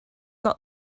got